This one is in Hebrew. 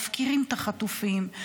מפקירים את החטופים,